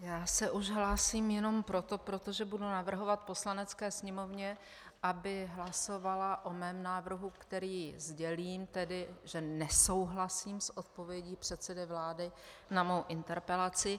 Já se už hlásím jenom proto, protože budu navrhovat Poslanecké sněmovně, aby hlasovala o mém návrhu, který sdělím, tedy že nesouhlasím s odpovědí předsedy vlády na mou interpelaci.